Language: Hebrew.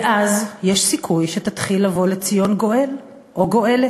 ואז יש סיכוי שתתחיל לבוא לציון גואל או גואלת,